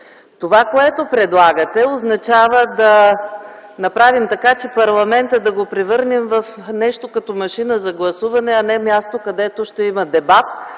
това, което предлагате, означава да направим така, че да превърнем парламента в нещо като машина за гласуване, а не място, където ще има дебат,